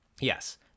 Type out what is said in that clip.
yes